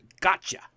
gotcha